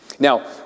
Now